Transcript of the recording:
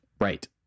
Right